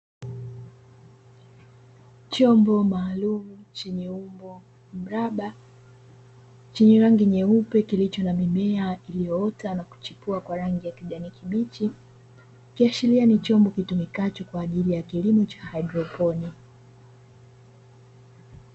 Chombo maalumu chenye umbo mraba, chenye rangi nyeupe kilicho na mimea iliyoota na kuchipua kwa rangi ya kijani kibichi, ikiashiria ni chombo kitumikacho kwa ajili ya kilimo cha haidroponi.